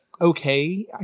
okay